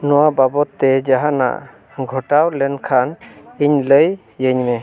ᱱᱚᱣᱟ ᱵᱟᱵᱚᱫᱛᱮ ᱡᱟᱦᱟᱱᱟᱜ ᱜᱷᱚᱴᱟᱣ ᱞᱮᱱᱠᱷᱟᱱ ᱤᱧ ᱞᱟᱹᱭ ᱟᱹᱧᱢᱮ